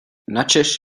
načež